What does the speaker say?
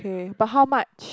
pay but how much